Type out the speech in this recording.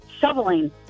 shoveling